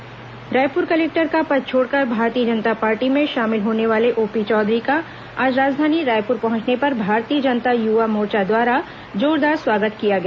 OP Chaudhary Raipur collector का पद छोड़कर भारतीय जनता पार्टी में शामिल होने वाले ओपी चौधरी का आज राजधानी रायपुर पहुंचने पर भारतीय जनता युवा मोर्चा द्वारा जोरदार स्वागत किया गया